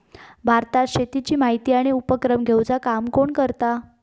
भारतात शेतीची माहिती आणि उपक्रम घेवचा काम कोण करता?